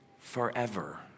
forever